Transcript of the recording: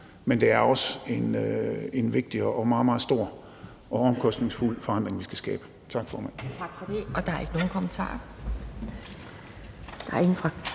men det er også en vigtig og meget, meget stor og omkostningsfuld forandring, vi skal skabe. Tak, formand.